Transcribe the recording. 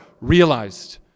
realized